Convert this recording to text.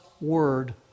word